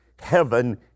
heaven